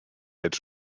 its